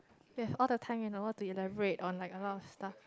ya all the time you know to elaborate on like a lot of stuffs